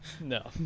no